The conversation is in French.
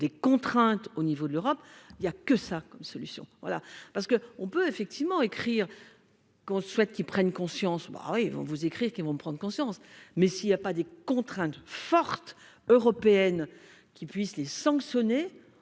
des contraintes au niveau de l'Europe, il y a que ça comme solution voilà parce que on peut effectivement écrire qu'on souhaite qu'il prenne conscience bah oui vont vous écrire qui vont prendre conscience, mais s'il y a pas des contraintes fortes européennes qui puisse les sanctionner,